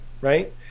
right